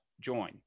join